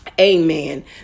Amen